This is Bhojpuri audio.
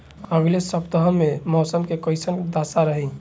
अलगे सपतआह में मौसम के कइसन दशा रही?